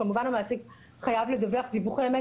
כמובן שהמעסיק חייב לדווח דיווחי אמת